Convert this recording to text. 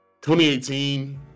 2018